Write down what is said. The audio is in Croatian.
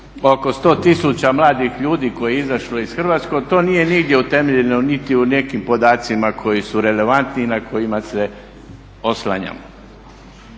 oko 100 tisuća mladih ljudi kojih je izašlo iz Hrvatske to nije nigdje utemeljeno, niti u nekim podacima koji su relevantni i na kojima se oslanjamo.